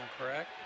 correct